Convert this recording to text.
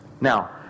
Now